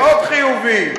ועוד "חיובי".